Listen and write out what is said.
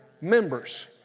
members